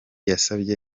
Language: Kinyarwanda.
yasabye